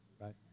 right